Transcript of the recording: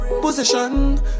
position